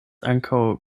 ankaŭ